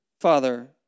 Father